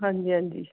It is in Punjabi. ਹਾਂਜੀ ਹਾਂਜੀ